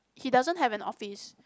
he doesn't have an office